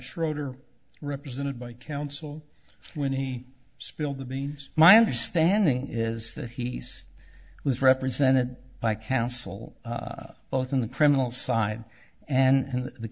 schroeder represented by counsel when he spilled the beans my understanding is that he's was represented by counsel both in the criminal side and